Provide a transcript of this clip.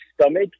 stomach